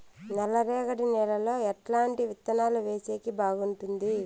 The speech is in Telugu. నల్లరేగడి నేలలో ఎట్లాంటి విత్తనాలు వేసేకి బాగుంటుంది?